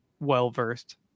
well-versed